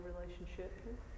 relationship